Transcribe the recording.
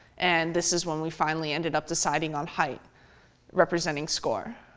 and this is when we finally ended up deciding on height representing score.